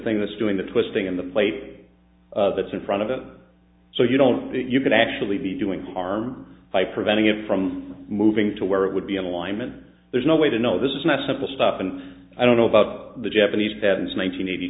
thing that's doing the twisting and the plate that's in front of it so you don't think you can actually be doing harm by preventing it from moving to where it would be in alignment there's no way to know this is not simple stuff and i don't know about the japanese patents one nine hundred eighty